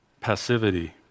passivity